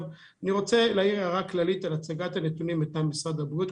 אני רוצה להעיר הערה כללית על הצגת הנתונים מטעם משרד הבריאות.